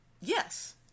Yes